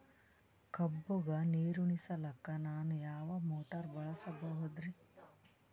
ಕಬ್ಬುಗ ನೀರುಣಿಸಲಕ ನಾನು ಯಾವ ಮೋಟಾರ್ ಬಳಸಬಹುದರಿ?